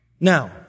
Now